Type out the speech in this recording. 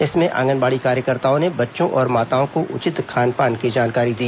इसमें आंगनबाड़ी कार्यकर्ताओं ने बच्चों और माताओं को उचित खानपान की जानकारी दी